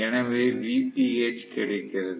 எனவே Vph கிடைக்கிறது